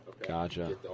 Gotcha